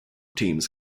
teams